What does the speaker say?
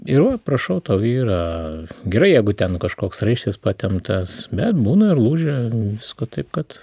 ir va prašau tau yra gerai jeigu ten kažkoks raištis patemptas bet būna ir lūžių visko taip kad